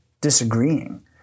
disagreeing